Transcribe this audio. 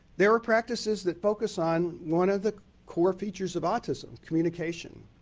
there were practices that focus on one of the core features of autism, communication.